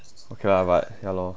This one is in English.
okay lah but ya lor